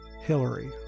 Hillary